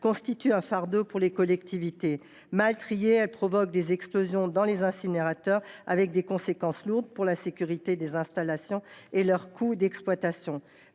constitue un fardeau pour les collectivités. Mal triées, elles provoquent des explosions dans les incinérateurs, avec des conséquences lourdes pour la sécurité des installations et les coûts d’exploitation.